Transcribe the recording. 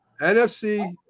NFC